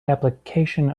application